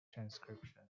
transcription